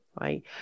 right